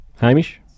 Hamish